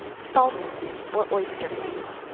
salsify, or oyster plant.